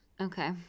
Okay